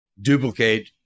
duplicate